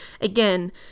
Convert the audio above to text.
Again